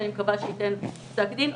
שאני מקווה שייתן פסק דין.